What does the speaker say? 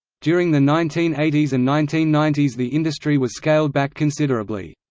during the nineteen eighty s and nineteen ninety s the industry was scaled back considerably.